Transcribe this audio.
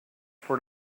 for